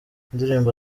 indirimbo